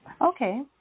Okay